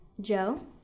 Joe